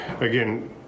again